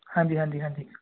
ਹਾਂਜੀ ਹਾਂਜੀ ਹਾਂਜੀ